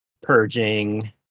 purging